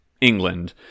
England